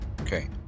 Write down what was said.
Okay